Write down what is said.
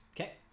Okay